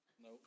No